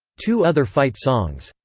two other fight songs,